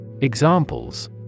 Examples